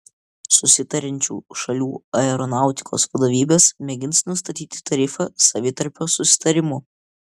susitariančių šalių aeronautikos vadovybės mėgins nustatyti tarifą savitarpio susitarimu